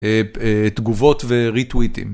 תגובות וריטוויטים.